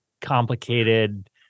complicated